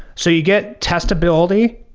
so you get testability,